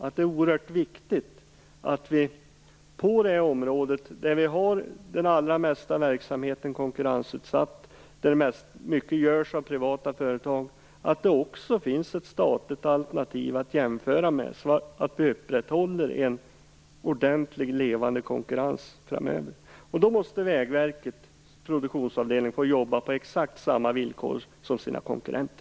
På det här området där största delen av verksamheten är konkurrensutsatt och där mycket utförs av privata företag är det viktigt att det också finns ett statligt alternativ att jämföra med. Därmed upprätthåller man en ordentlig och levande konkurrens framöver. Då måste Vägverket Produktion få jobba under exakt samma villkor som sina konkurrenter.